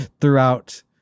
throughout